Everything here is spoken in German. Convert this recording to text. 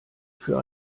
für